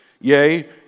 Yea